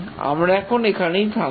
আমরা এখন এখানেই থামছি